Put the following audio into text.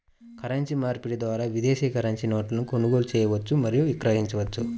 currency మార్పిడి ద్వారా విదేశీ కరెన్సీ నోట్లను కొనుగోలు చేయవచ్చు మరియు విక్రయించవచ్చు